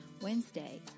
Wednesday